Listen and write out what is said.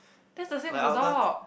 that's the same as the dog